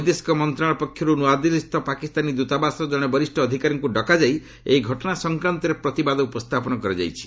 ବୈଦେଶିକ ମନ୍ତ୍ରଣାଳୟ ପକ୍ଷରୁ ନୂଆଦିଲ୍ଲୀସ୍ଥ ପାକିସ୍ତାନୀ ଦୂତାବାସର ଜଣେ ବରିଷ ଅଧିକାରୀଙ୍କୁ ଡକାଯାଇ ଏହି ଘଟଣା ସଂକ୍ରାନ୍ତରେ ପ୍ରତିବାଦ ଉପସ୍ଥାପନ କରାଯାଇଛି